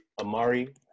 Amari